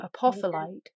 apophyllite